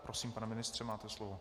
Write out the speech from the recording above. Prosím, pane ministře, máte slovo.